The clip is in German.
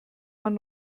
man